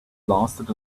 blasted